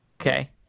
okay